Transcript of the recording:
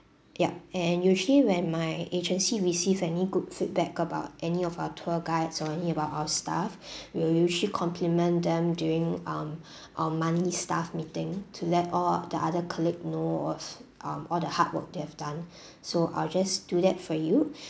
yup and usually when my agency receive any good feedback about any of our tour guides or any about our staff we will usually compliment them during um our monthly staff meeting to let all the other colleague know of um all the hard work they have done so I'll just do that for you